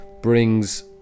brings